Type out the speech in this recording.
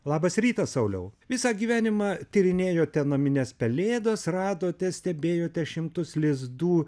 labas rytas sauliau visą gyvenimą tyrinėjote naminės pelėdos radote stebėjote šimtus lizdų